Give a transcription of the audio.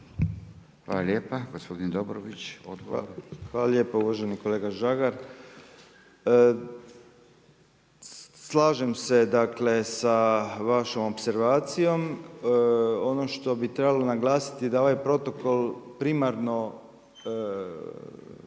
Hvala lijepa. Gospodin Dobrović, odgovor. **Dobrović, Slaven (MOST)** Hvala lijepa. Uvaženi kolega Žagar. Slažem se sa vašom opservacijom. Ono što bi trebalo naglasiti da ovaj protokol primarno